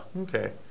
Okay